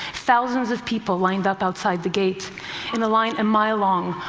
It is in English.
thousands of people lined up outside the gate in a line a mile long,